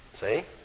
See